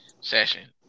session